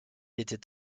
est